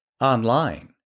online